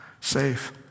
safe